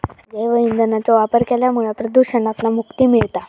जैव ईंधनाचो वापर केल्यामुळा प्रदुषणातना मुक्ती मिळता